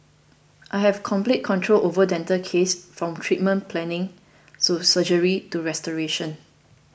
I have complete control over dental cases from treatment planning to surgery to restoration